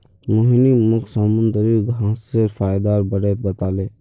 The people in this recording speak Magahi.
मोहिनी मोक समुंदरी घांसेर फयदार बारे बताले